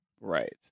right